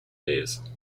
days